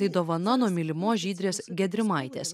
tai dovana nuo mylimos žydrės gedrimaitės